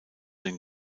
den